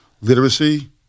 literacy